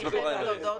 מהחיזבאללה.